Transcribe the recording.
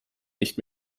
nicht